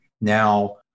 Now